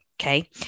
Okay